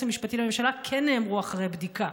המשפטי לממשלה כן נאמרו אחרי בדיקה,